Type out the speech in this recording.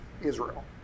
Israel